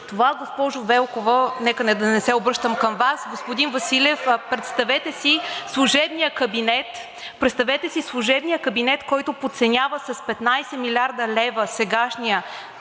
Това, госпожо Велкова, нека да не се обръщам към Вас, господин Василев, представете си служебния кабинет, който подценява с 15 млрд. лв. тазгодишния